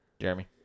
Jeremy